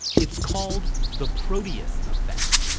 it's called the proteus effect.